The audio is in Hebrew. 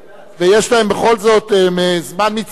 ויש להם בכל זאת זמן מצטבר.